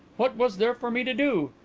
what was there for me to do?